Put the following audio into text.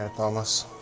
ah thomas.